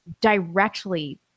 directly